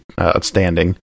outstanding